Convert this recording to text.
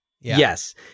Yes